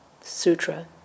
sutra